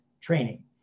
training